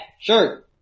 Sure